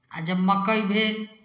आ जब मक्कइ भेल